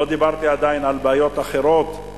לא דיברתי עדיין על בעיות אחרות.